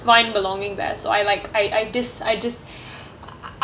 find belonging there so I like I I just I just I